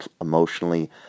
emotionally